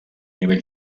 nivell